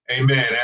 Amen